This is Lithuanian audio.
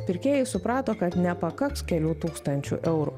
pirkėjai suprato kad nepakaks kelių tūkstančių eurų